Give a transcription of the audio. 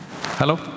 Hello